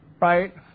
right